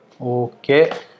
Okay